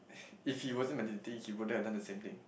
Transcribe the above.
if he wasn't meditataing he wouldn't have done the same thing